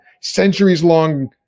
centuries-long